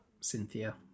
Cynthia